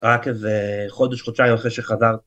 רק כזה חודש-חודשיים אחרי שחזרתי.